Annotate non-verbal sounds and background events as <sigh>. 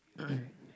<coughs>